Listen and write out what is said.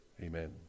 Amen